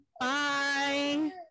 Bye